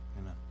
Amen